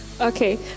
Okay